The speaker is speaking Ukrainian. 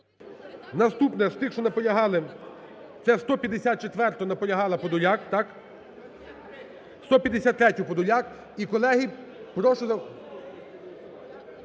Наступне з тих, що наполягали. Це 154-а, наполягала Подоляк. Так? 153-я, Подоляк.